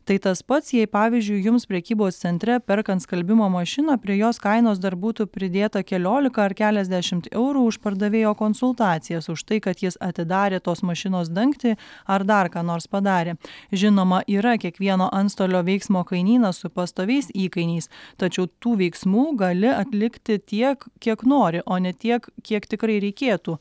tai tas pats jei pavyzdžiui jums prekybos centre perkant skalbimo mašiną prie jos kainos dar būtų pridėta keliolika ar keliasdešimt eurų už pardavėjo konsultacijas už tai kad jis atidarė tos mašinos dangtį ar dar ką nors padarė žinoma yra kiekvieno antstolio veiksmo kainynas su pastoviais įkainiais tačiau tų veiksmų gali atlikti tiek kiek nori o ne tiek kiek tikrai reikėtų